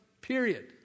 Period